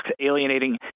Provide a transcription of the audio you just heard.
alienating